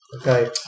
Okay